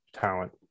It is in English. talent